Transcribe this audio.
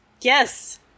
Yes